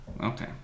okay